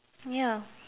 ya